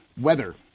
weather